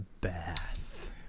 bath